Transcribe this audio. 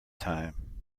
time